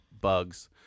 bugs